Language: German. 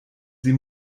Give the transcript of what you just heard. sie